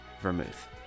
vermouth